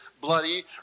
bloody